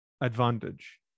advantage